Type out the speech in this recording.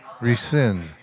rescind